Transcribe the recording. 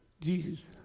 Jesus